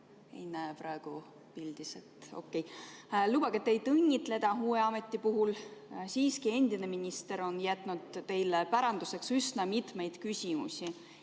Ei näe teid praegu pildis. Lubage teid õnnitleda uue ameti puhul! Siiski endine minister on jätnud teile päranduseks üsna mitmeid küsimusi.